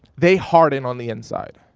they harden on the inside.